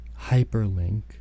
hyperlink